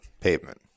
pavement